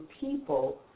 people